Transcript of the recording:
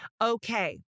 Okay